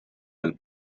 del